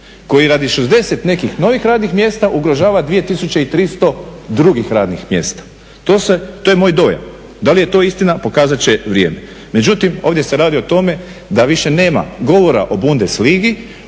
koji radi 60 nekih novih radnih mjesta ugrožava 2300 drugih radnih mjesta. To se, to je moj dojam, da li je to istina pokazati će vrijeme. Međutim, ovdje se radi o tome da više nema govora o Bundes ligi,